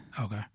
Okay